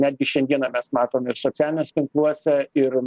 netgi šiandieną mes matom ir socialiniuose tinkluose ir